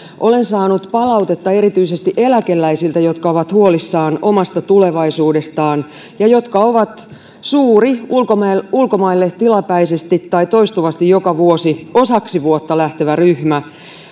olen saanut palautetta erityisesti eläkeläisiltä jotka ovat huolissaan omasta tulevaisuudestaan ja jotka ovat suuri ulkomaille ulkomaille tilapäisesti tai toistuvasti joka vuosi osaksi vuotta lähtevä ryhmä